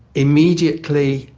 immediately,